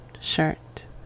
shirt